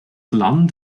land